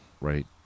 Right